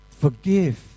Forgive